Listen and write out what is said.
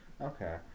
okay